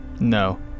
No